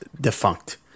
defunct